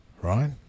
right